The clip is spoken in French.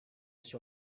sur